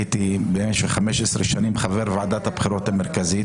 הייתי במשך 15 שנים חבר ועדת הבחירות המרכזית,